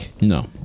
No